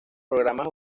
programas